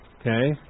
okay